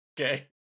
Okay